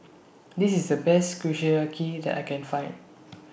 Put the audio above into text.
This IS The Best Kushiyaki that I Can Find